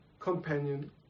Companion